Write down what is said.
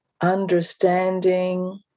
understanding